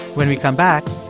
when we come back,